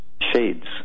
shades